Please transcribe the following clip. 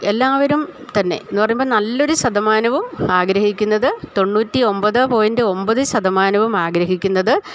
എല്ലാവരും തന്നെ എന്ന് പറയുമ്പോൾ നല്ലൊരു ശതമാനവും ആഗ്രഹിക്കുന്നത് തൊണ്ണൂറ്റിയൊമ്പത് പോയിൻറ്റ് ഒമ്പത് ശതമാനവും ആഗ്രഹിക്കുന്നത്